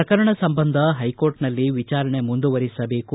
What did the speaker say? ಪ್ರಕರಣ ಸಂಬಂಧ ಹೈಕೋರ್ಟ್ನಲ್ಲಿ ವಿಚಾರಣೆ ಮುಂದುವರಿಸಬೇಕು